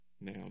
now